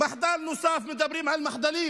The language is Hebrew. מחדל נוסף, מדברים על מחדלים: